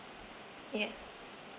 yes